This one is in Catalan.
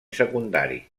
secundari